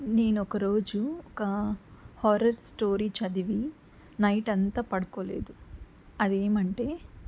నేనొకరోజు ఒక horror story చదివి night అంతా పడుకోలేదు అదేమంటే